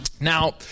Now